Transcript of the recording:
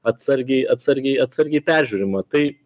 atsargiai atsargiai atsargiai peržiūrima tai